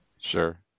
Sure